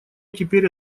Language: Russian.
теперь